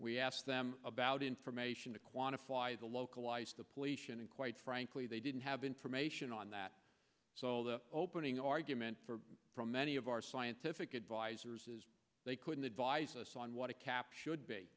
we asked them about information to quantify the localized the police and quite frankly they didn't have information on that so the opening argument from many of our scientific advisors is they couldn't advise us on what a cap should